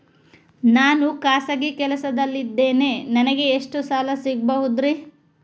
ನಾನು ಖಾಸಗಿ ಕೆಲಸದಲ್ಲಿದ್ದೇನೆ ನನಗೆ ಎಷ್ಟು ಸಾಲ ಸಿಗಬಹುದ್ರಿ?